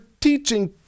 teaching